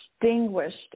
distinguished